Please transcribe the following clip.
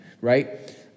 right